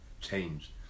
change